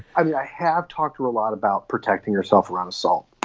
i have talked to a lot about protecting yourself around assault.